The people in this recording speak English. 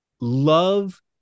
love